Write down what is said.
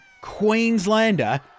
Queenslander